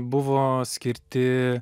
buvo skirti